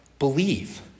believe